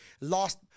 lost